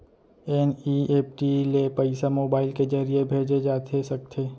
NEFT ले पइसा mobile के ज़रिए भेजे जाथे सकथे?